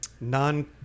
non